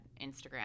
Instagram